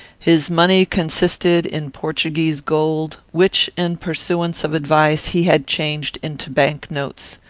his money consisted in portuguese gold, which, in pursuance of advice, he had changed into bank-notes.